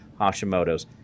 Hashimoto's